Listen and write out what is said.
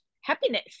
happiness